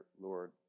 Lord